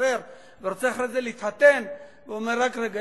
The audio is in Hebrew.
שמשתחרר ורוצה אחרי זה להתחתן ואומר: רק רגע,